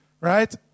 right